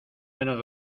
menos